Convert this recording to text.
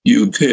UK